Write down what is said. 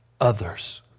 Others